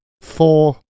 four